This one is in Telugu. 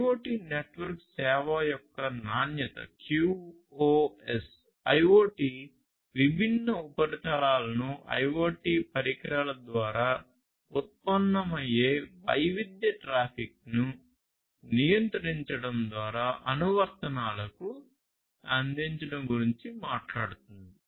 IoT నెట్వర్క్ సేవ యొక్క నాణ్యత IoTవిభిన్న ఉపరితలాలను IoT పరికరాల ద్వారా ఉత్పన్నమయ్యే వైవిధ్య ట్రాఫిక్ను నియంత్రించడం ద్వారా అనువర్తనాలకు అందించడం గురించి మాట్లాడుతుంది